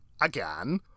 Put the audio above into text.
again